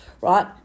right